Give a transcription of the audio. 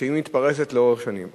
שמתפרסת לאורך שנים.